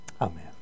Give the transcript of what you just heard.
Amen